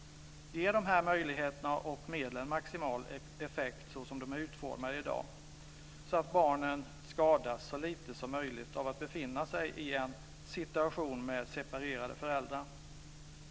Ger dessa möjligheter och medel maximal effekt så att barnen skadas så lite som möjligt av att befinna sig i en situation med separerade föräldrar?